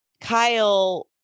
kyle